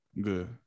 good